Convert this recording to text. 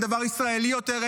אין דבר ישראלי יותר,